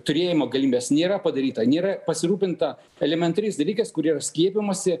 turėjimo galimybės nėra padaryta nėra pasirūpinta elementariais dalykais kurie yra skiepijimosi